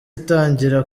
itangira